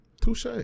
touche